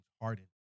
Harden